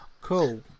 Cool